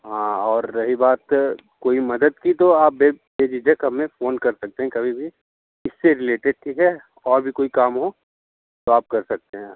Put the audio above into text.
हाँ और रही बात कोई मदद की तो आप बे बेझिझक हमें फोन कर सकते हैं कभी भी इससे रिलेटेड ठीक है और भी कोई काम हो तो आप कह सकते हैं